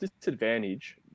disadvantage